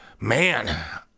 man